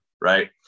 right